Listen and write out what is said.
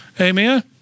amen